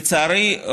לצערי,